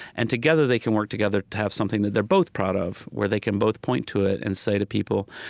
and together, they can work together to have something that they're both proud of, where they can both point to it and say to people,